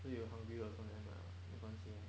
so you hungry also never mind [what] 没关系 lor